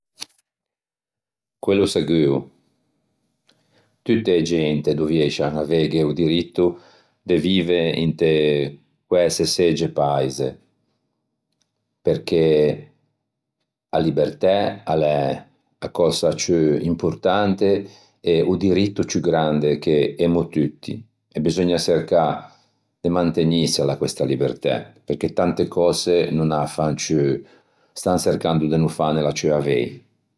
Quello seguo. Tutte e gente dovieiscian avei o diritto de vive inte quæsesegge paise perché a libertæ a l'é a cösa ciù importante e o diritto ciù grande che emmo tutti e beseugna çercâ de mantegnîsela questa libertæ perché tante cöse no n'â fan ciù stan çercando de no fanela ciù avei.